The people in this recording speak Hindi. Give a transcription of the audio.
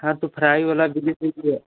हाँ तो फ्राई वाला भी